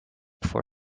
for